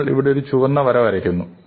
നമ്മൾ ഇവിടെ ഒരു ഒരു ചുവന്ന വര വരയ്ക്കുന്നു